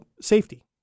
Safety